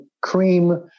cream